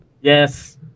Yes